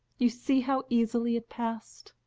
you see how easily it passed!